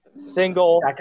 Single